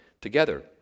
together